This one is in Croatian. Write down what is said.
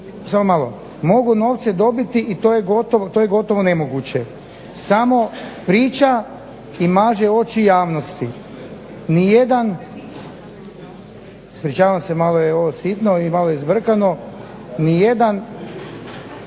istina. Mogu novce dobiti i to je gotovo nemoguće. Samo priča i maže oči javnosti". Ispričavam se malo je sitno i malo zbrkano. "Nijedan